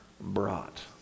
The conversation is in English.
brought